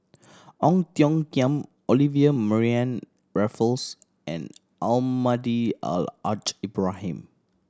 Ong Tiong Khiam Olivia Mariamne Raffles and Almahdi Al Haj Ibrahim